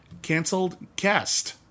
canceledcast